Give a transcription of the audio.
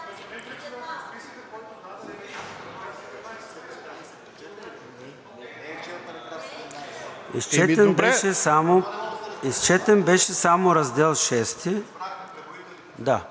Изчетен беше само Раздел